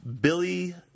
Billy